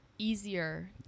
easier